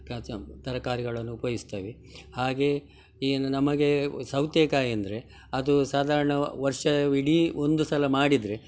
ತಾಜಾ ತರಕಾರಿಗಳನ್ನು ಉಪಯೋಗಿಸ್ತೇವೆ ಹಾಗೇ ಏನು ನಮಗೆ ಸೌತೆಕಾಯಿ ಅಂದರೆ ಅದು ಸಾಧಾರಣ ವರ್ಷವಿಡಿ ಒಂದು ಸಲ ಮಾಡಿದರೆ